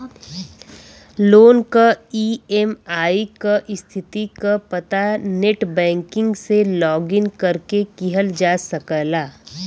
loan क EMI क स्थिति क पता नेटबैंकिंग से लॉगिन करके किहल जा सकला